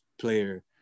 player